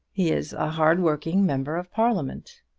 he is a hard-working member of parliament.